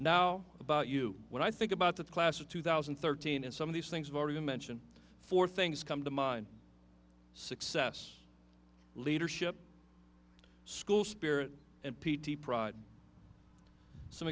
now about you when i think about the class of two thousand and thirteen and some of these things i've already mentioned four things come to mind success leadership school spirit and petey pride some